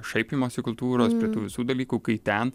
šaipymosi kultūros prie tų visų dalykų kai ten